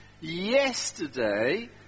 Yesterday